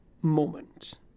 Moment